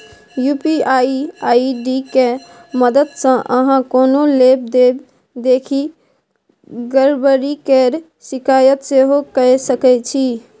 UPI ID के मददसँ अहाँ कोनो लेब देब देखि गरबरी केर शिकायत सेहो कए सकै छी